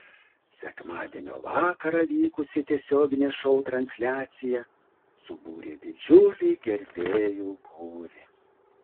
sekmadienio vakarą vykusi tiesioginė šou transliacija subūrė didžiulį gerbėjų būrį